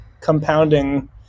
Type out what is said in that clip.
compounding